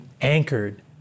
anchored